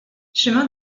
chemin